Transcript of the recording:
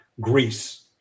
Greece